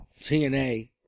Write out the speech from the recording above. TNA